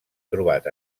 trobat